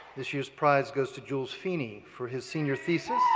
this year's prize goes to jules feeney for his senior thesis